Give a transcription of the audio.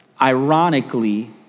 ironically